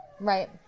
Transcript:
Right